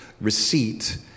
receipt